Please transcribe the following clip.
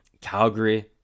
Calgary